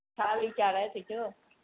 थाली चाराइ छॾिजो